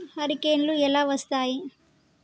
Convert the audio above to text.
హరికేన్లు ఎలా వస్తాయి?